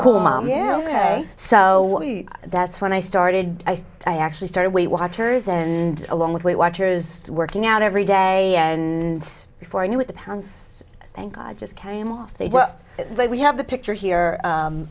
cool mom yeah ok so that's when i started i actually started weight watchers and along with weight watchers working out every day and before i knew it the pounds thank god just came off they just like we have the picture here